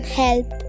help